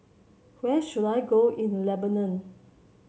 where should I go in Lebanon